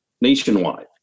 nationwide